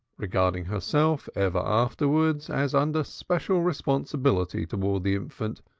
regarding herself ever afterwards as under special responsibilities toward the infant,